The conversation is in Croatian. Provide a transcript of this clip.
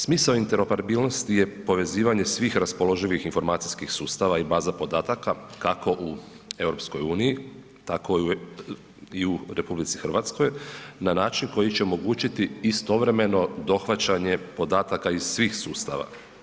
Smisao interoperabilnosti je povezivanje svih raspoloživih informacijskih sustava i baza podataka kako u EU-u, tako i u RH na način koji će omogućiti istovremeno dohvaćanje podataka iz svih sustava.